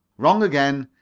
wrong again.